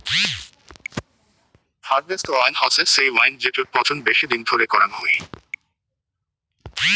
harvest wine হসে সেই wine জেটোর পচন বেশি দিন ধরে করাং হই